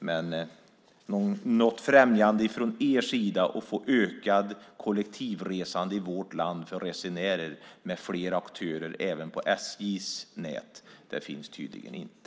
Men något främjande från er sida av att få ökat kollektivresande i vårt land för resenärer, med fler aktörer även på SJ:s nät, finns tydligen inte.